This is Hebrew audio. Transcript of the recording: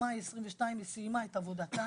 ממאי 2022 היא סיימה את עבודתה.